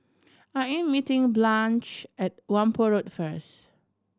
I am meeting Blanche at Whampoa Road first